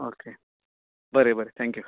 okay बरें बरें thank you